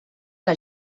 que